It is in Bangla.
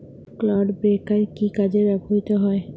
ক্লড ব্রেকার কি কাজে ব্যবহৃত হয়?